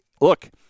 look